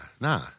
nah